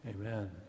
Amen